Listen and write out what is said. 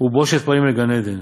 גיהינום ויורדין